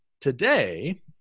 today